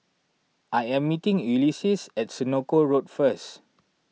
I am meeting Ulysses at Senoko Road first